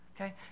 Okay